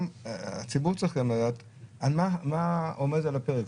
הציבור גם צריך לדעת מה עומד על הפרק.